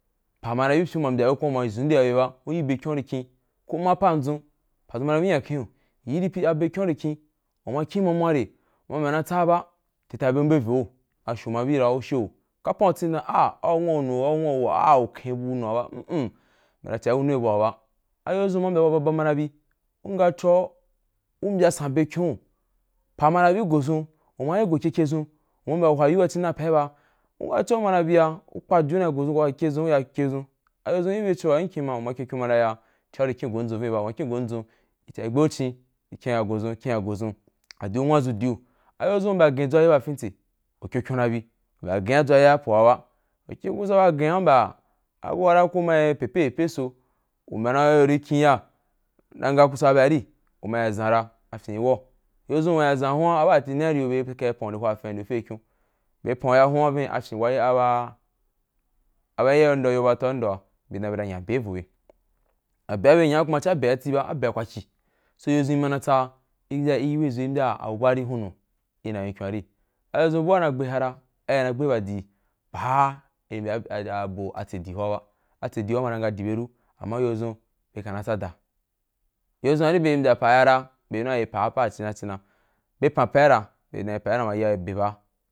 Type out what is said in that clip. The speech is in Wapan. Pa ma na riu bi pyeu uma yi mbya’u ko u ma’i zeunde ba bye ba u yi be kyon à u ri kyen kō ma a pa an ndʒun, padʒun ma na bi nya ken’u yi iri be kyon’a u ri kyen, ko u rí kyen mu a mua re u ona yi mbya mana tsa ba, u ten tabe’u mbe vo, a sho ma na yi bi ra u sho, ka pan tsini ba dan a au nwu wa nwunu ko nwu wuwa a’a u kyen u wu nu wa ba m m na ciagi bye wa ba, ayo dʒun u ma yi mbya bu wa ba ba mana bi, wa chobaba nai bi u mbyasan be kyon’ u pa ma na bi go dʒun, uma yi go keke dʒun uma ma h wayi u ci na’u paī ba, un wa na cia uma na biya u kpa di’u na ya go keke dʒun ayo dʒun gi mbye a in cho’a m’na kyen kyen dʒun m’ ma na ya ina yi kyen gon dʒun ba mma kyen gon dʒun in ka gauche iya kyen ya go dʒun i kyen ya go dʒun adì u nwadʒu dìu, ambye dʒun u gagiya fitse u kyen kyen na’i bi, u ka ge ji ya fo wa ba, u kyen ku sa ba gen a fa abuwa ra yi mayi pepe, pepe so u mayi kin ya na nga kusa ba bye ain, uma zan a fyín rí wa’u dei dei dʒun u ri yazan huwan aba tati na’i gi bye ari bye ri ka panu’u nde ru hwau nde fye kyon, bye pan huwan a fyi waa a ba iyaye u gi ndo bye dan bye na’i nya a be yi vo bye, abe wa bye na nya kuma ci’a abe wa titi ba, abe wa kwa ki, so dei dei dʒun ima na yí tsa, i wei zo i mbya abu ba rí hunu ina kyon kyon a ri, a dei dei dʒun abu ba ina yi gbe i hyara ai, ina yi gbe ba di yi ba ina mbya abo ba tse di howa ba, atse di howa bye na nga di bye fu amma dei dei dʒun bye ka na tsa da dei dei dʒun bye mbya a pa yi ha ra bye yi apa yi cina ci na, bye pan pai ra bye dan apa’ī ma ri, yī ‘a bye a be ba.